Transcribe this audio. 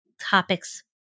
topics